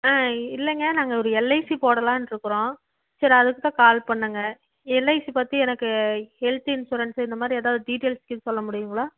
ஆ இல்லைங்க நாங்கள் ஒரு எல்ஐசி போடலான்ருக்கிறோம் சரி அதுக்குதான் கால் பண்ணேங்க எல்ஐசி பற்றி எனக்கு ஹெல்த் இன்சூரன்ஸ்ஸு இந்தமாதிரி ஏதாவது டீடைல்ஸ் சொல்ல முடியுங்களா